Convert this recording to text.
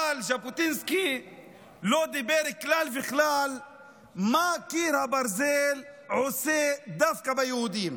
אבל ז'בוטינסקי לא דיבר כלל וכלל על מה שקיר הברזל עושה דווקא ליהודים.